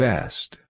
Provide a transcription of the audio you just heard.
Best